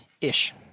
Ish